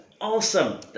Awesome